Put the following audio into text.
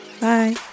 Bye